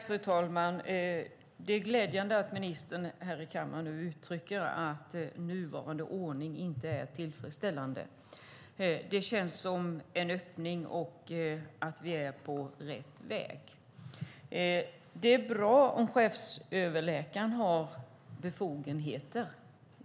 Fru talman! Det är glädjande att ministern här i kammaren nu uttrycker att nuvarande ordning inte är tillfredsställande. Det känns som en öppning, som att vi är på rätt väg. Det är naturligtvis bra om chefsöverläkaren har befogenheter.